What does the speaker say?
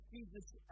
Jesus